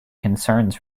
concerns